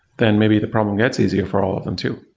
then maybe the problem gets easier for all of them too